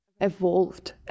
evolved